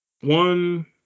one